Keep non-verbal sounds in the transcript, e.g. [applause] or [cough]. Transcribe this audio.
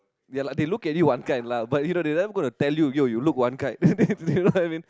ya lah they look at you one kind lah but you know they'll never going to tell you yo you look one kind [laughs] you know what I mean